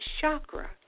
chakra